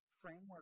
framework